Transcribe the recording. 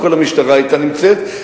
כל המשטרה היתה נמצאת.